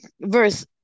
verse